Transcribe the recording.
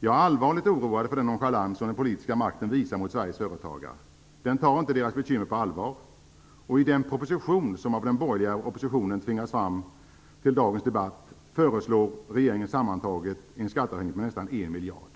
Jag är allvarligt oroad för den nonchalans som den politiska makten visar mot Sveriges företagare. Den tar inte deras bekymmer på allvar. I den proposition som av den borgerliga oppositionen tvingats fram till dagens debatt föreslår regeringen sammantaget en skattehöjning med nästan 1 miljard kronor.